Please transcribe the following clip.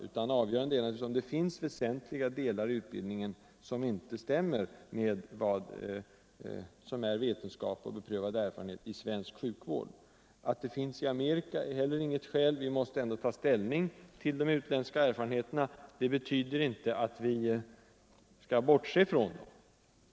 Det avgörande är om det finns väsentliga delar i utbildningen som inte stämmer med vad som i svensk sjukvård är vetenskap och beprövad erfarenhet. Hur kiropraktorerna behandlas i Amerika är inte heller avgörande. Vi måste själva ta ställning till de utländska erfarenheterna — det betyder inte att vi skall bortse från dem.